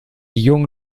jungen